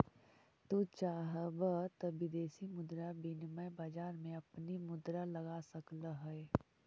तू चाहव त विदेशी मुद्रा विनिमय बाजार में अपनी मुद्रा लगा सकलअ हे